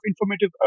informative